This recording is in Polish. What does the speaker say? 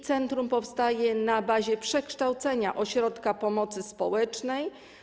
Centrum powstaje na bazie przekształcenia ośrodka pomocy społecznej.